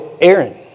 Aaron